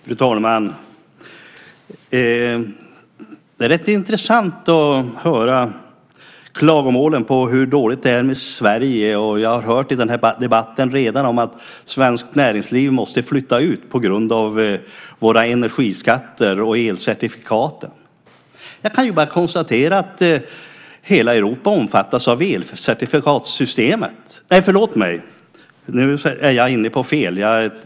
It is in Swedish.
Fru talman! Det är rätt intressant att höra klagomålen på hur dåligt det är med Sverige. Jag har hört i den här debatten redan om att svenskt näringsliv måste flytta ut på grund av våra energiskatter och elcertifikaten. Jag kan bara konstatera att hela Europa omfattas av elcertifikatssystemet. Nej, förlåt mig! Nu är jag inne på fel.